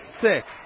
six